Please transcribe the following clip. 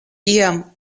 iam